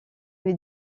lui